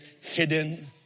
hidden